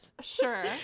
sure